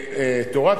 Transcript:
תורת